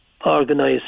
organised